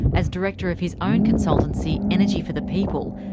as director of his own consultancy, energy for the people,